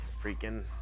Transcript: Freaking